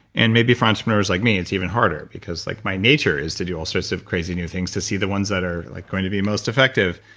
and maybe for entrepreneurs like me, it's even harder because like my nature is to do all sorts of crazy new things to see the ones that are like going to be most effective